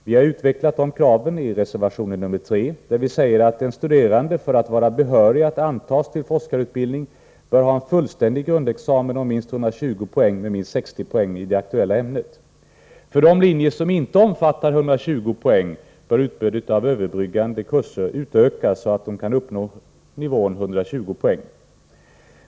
Vi har utvecklat — Nr 166 de kraven i reservation nr 3, där vi säger att en studerande för att vara behörig att antas till forskarutbildning bör ha en fullständig grundexamen om minst 120 poäng och med minst 60 poäng i det aktuella ämnet. För de linjer som inte omfattar 120 poäng bör utbudet av överbryggande kurser utökas så att de studerande kan uppnå nivån 120 poäng.